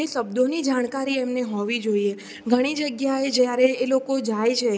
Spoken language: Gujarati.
જે શબ્દોની જાણકારી એમને હોવી જોઈએ ઘણી જગ્યાએ એ લોકો જાય છે